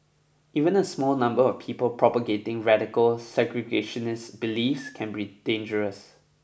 even a small number of people propagating radical segregationist beliefs can be dangerous